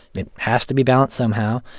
it has to be balanced somehow.